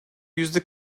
yüzde